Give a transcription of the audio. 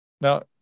Now